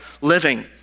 living